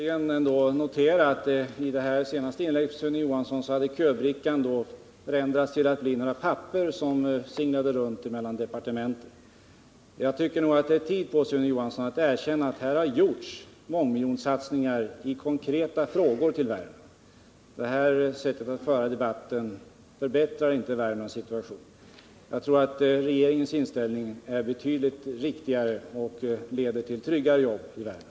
Herr talman! Jag vill bara avslutningsvis notera att i Sune Johanssons senaste inlägg har köbrickan förändrats till att vara några papper som singlat runt mellan departementen. Jag tycker, Sune Johansson, att det är hög tid att erkänna att regeringen har gjort mångmiljonsatsningar i Värmland i samband med behandlingen av konkreta frågor. Sune Johanssons sätt att föra debatten förbättrar inte Värmlands situation, utan regeringens inställning är betydligt riktigare och leder till tryggare jobb i Värmland.